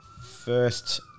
first